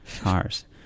Cars